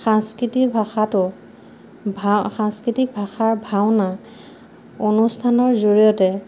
সাংস্কৃতিক ভাষাটো ভা সাংস্কৃতিক ভাষাৰ ভাওনা অনুষ্ঠানৰ জৰিয়তে